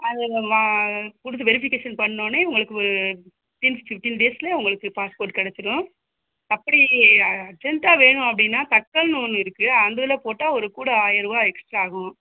அத நம்ம கொடுத்து வெரிஃபிக்கேஷன் பண்ணோன்னே உங்களுக்கு ஒரு வித்இன் ஃபிஃப்ட்டீன் டேஸ்லே உங்களுக்கு பாஸ்போர்ட் கிடச்சிடும் அப்படி அர்ஜெண்ட்டாக வேணும் அப்படின்னா தட்கல்னு ஒன்று இருக்கு அந்த இதில் போட்டால் ஒரு கூட ஆயர்ரூவா எக்ஸ்ட்ரா ஆகும்